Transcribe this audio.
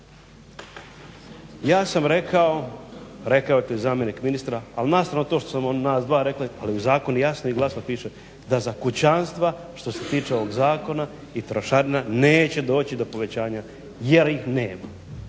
Ja sam rekao, rekao je to i zamjenik ministra, ali na stranu to što smo nas dva rekli ali u zakonu jasno i glasno piše da za kućanstva što se tiče ovog zakona i trošarina neće doći do povećanja jer ih nema.